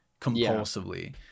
compulsively